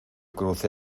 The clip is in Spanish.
crucé